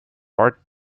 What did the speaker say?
art